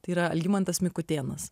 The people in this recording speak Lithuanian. tai yra algimantas mikutėnas